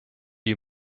you